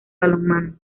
balonmano